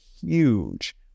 huge